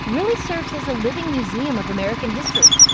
really serves as a living museum of american history.